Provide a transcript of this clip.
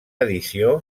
edició